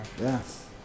Yes